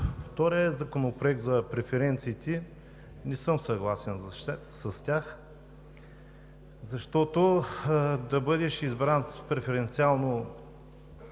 втория законопроект – за преференциите не съм съгласен с тях, защото да бъдеш избран преференциално,